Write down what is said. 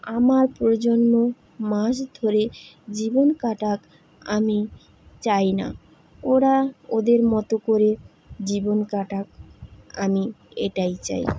আমার প্রজন্ম মাছ ধরে জীবন কাটাক আমি চাই না ওরা ওদের মতো করে জীবন কাটাক আমি এটাই চাই